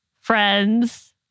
friends